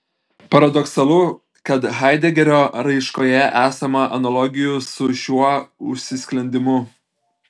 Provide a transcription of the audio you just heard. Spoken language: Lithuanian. paradoksalu kad haidegerio raiškoje esama analogijų su šiuo užsisklendimu